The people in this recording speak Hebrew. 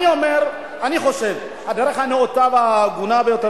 אני חושב שהדרך הנאותה וההגונה ביותר